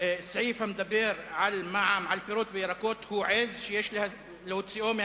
הסעיף המדבר על מע"מ על פירות וירקות הוא עז שיש להוציאו מהתקציב.